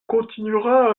continuera